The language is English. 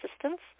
assistance